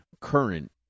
current